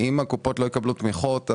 אם הקופות לא יקבלו תמיכות,